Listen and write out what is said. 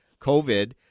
COVID